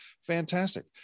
fantastic